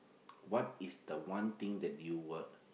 what is the one thing that you would